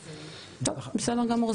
טוב, בסדר גמור.